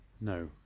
No